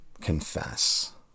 confess